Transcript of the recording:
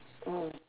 mm